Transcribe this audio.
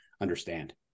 understand